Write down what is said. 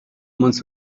munsi